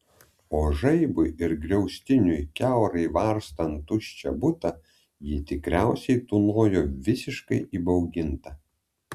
o žaibui ir griaustiniui kiaurai varstant tuščią butą ji tikriausiai tūnojo visiškai įbauginta